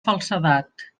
falsedat